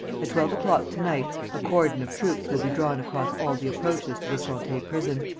at twelve o'clock to-night a cordon of troops will be drawn across all the approaches to the sante prison.